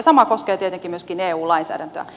sama koskee tietenkin myöskin eu lainsäädäntöä